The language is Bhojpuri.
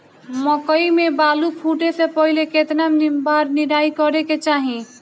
मकई मे बाली फूटे से पहिले केतना बार निराई करे के चाही?